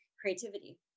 creativity